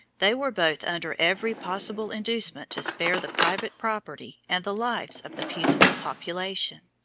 they were both under every possible inducement to spare the private property and the lives of the peaceful population.